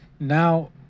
now